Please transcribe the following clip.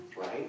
Right